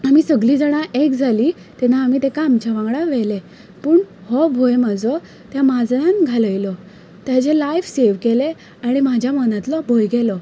आमी सगळी जाणां एक जालीं तेन्ना आमी ताका आमच्या वांगडा व्हेलें पूण हो भंय म्हजो त्या माजरान घालयलो ताचे लायफ सेव केलें आनी म्हज्या मनांतलो भंय गेलो